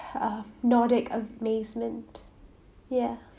a nordic amazement ya